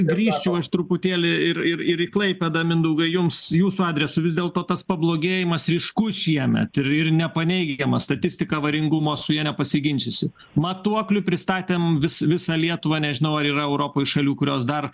grįžčiau aš truputėlį ir ir į klaipėdą mindaugai jums jūsų adresu vis dėlto tas pablogėjimas ryškus šiemet ir ir nepaneigiama statistika avaringumo su ja nepasiginčysi matuoklių pristatėm vis visą lietuvą nežinau ar yra europoj šalių kurios dar